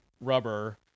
rubber